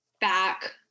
back